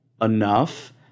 enough